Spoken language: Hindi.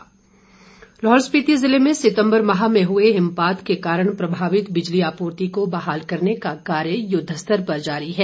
लाहौल बिजली लाहौल स्पिति ज़िले में सितम्बर माह में हुए हिमपात के कारण प्रभावित बिजली आपूर्ति को बहाल करने का कार्य युद्ध स्तर पर जारी है